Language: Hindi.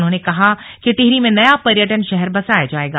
उन्होंने कहा कि टिहरी में नया पर्यटन शहर बसाया जाएगा